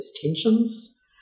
tensions